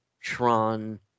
Tron